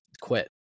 quit